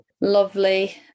lovely